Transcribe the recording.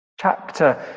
Chapter